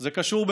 זה קשור.